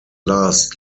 last